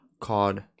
called